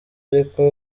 ariko